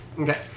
Okay